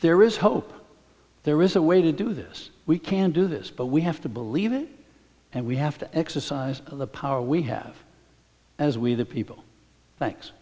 there is hope there is a way to do this we can do this but we have to believe it and we have to exercise the power we have as we the people thanks